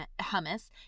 hummus